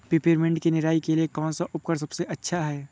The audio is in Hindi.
पिपरमिंट की निराई के लिए कौन सा उपकरण सबसे अच्छा है?